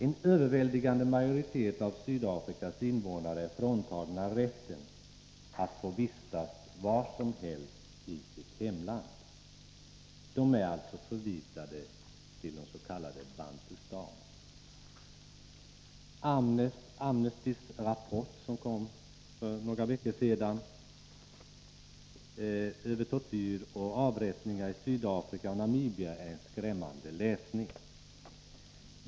En överväldigande majoritet av Sydafrikas invånare är fråntagna rätten att vistas var som helst i sitt hemland. De är alltså förvisade till de s.k. Bantustans. Amnestys rapport, som kom för några veckor sedan, över tortyr och avrättningar i Sydafrika och Namibia är en skrämmande läsning.